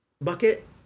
bucket